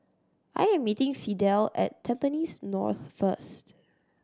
I am meeting Fidel at Tampines North first